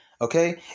okay